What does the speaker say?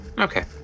Okay